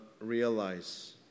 realize